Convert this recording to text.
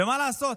ומה לעשות?